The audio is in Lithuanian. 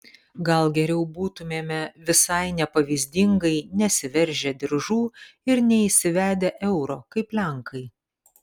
gal geriau būtumėme visai nepavyzdingai nesiveržę diržų ir neįsivedę euro kaip lenkai